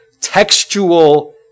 textual